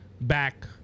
back